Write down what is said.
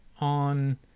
on